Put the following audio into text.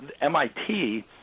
MIT